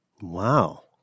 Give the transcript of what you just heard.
Wow